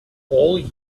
all